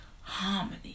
harmony